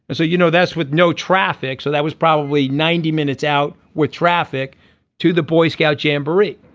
so you know that's with no traffic. so that was probably ninety minutes out with traffic to the boy scout jamboree.